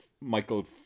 Michael